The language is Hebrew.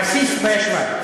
רסיס בישבן.